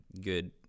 good